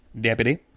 Deputy